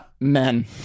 men